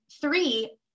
three